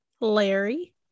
Larry